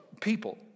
people